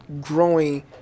growing